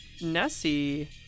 Nessie